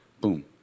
boom